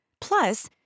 Plus